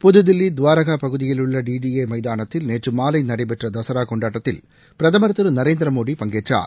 புது தில்லி துவாரகா பகுதியில் உள்ள டி டி ஏ மைதானத்தில் நேற்று மாலை நடைபெற்ற தசரா கொண்டாட்டத்தில் பிரதமர் திரு நரேந்திர மோடி பங்கேற்றார்